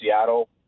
Seattle